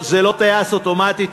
זה לא טייס אוטומטי.